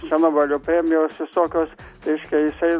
čia nobelio premijos visokios reiškia jisai